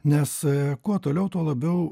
nes kuo toliau tuo labiau